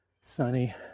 sunny